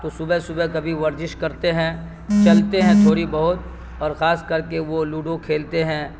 تو صبح صبح کبھی ورزش کرتے ہیں چلتے ہیں تھوڑی بہت اور خاص کر کے وہ لوڈو کھیلتے ہیں